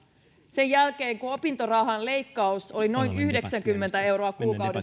sen jälkeen opintorahan leikkaus oli noin yhdeksänkymmentä euroa kuukaudessa